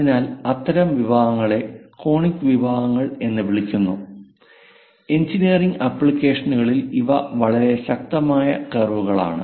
അതിനാൽ അത്തരം വിഭാഗങ്ങളെ കോണിക് വിഭാഗങ്ങൾ എന്ന് വിളിക്കുന്നു എഞ്ചിനീയറിംഗ് ആപ്ലിക്കേഷനുകളിൽ ഇവ വളരെ ശക്തമായ കർവുകളാണ്